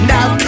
Now